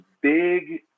big